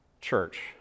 Church